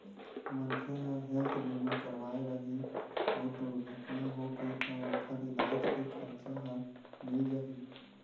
मनखे ह हेल्थ बीमा करवाए रही अउ दुरघटना होगे त ओखर इलाज के खरचा ह मिल जाही